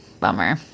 bummer